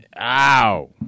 ow